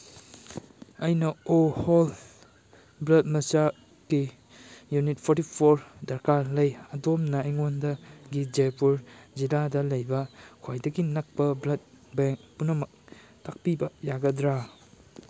ꯑꯩꯅ O whole blood ꯃꯆꯥꯛꯀꯤ unit forty four ꯗꯔꯀꯥꯔ ꯂꯩ ꯑꯗꯣꯝꯅ ꯑꯩꯉꯣꯟꯗꯒꯤ ꯖꯦꯄꯨꯔ ꯖꯤꯂꯥꯗ ꯂꯩꯕ ꯈ꯭ꯋꯥꯏꯗꯒꯤ ꯅꯛꯄ ꯕ꯭ꯂꯠ ꯕꯦꯡ ꯄꯨꯝꯅꯃꯛ ꯇꯥꯛꯄꯤꯕ ꯌꯥꯒꯗ꯭ꯔꯥ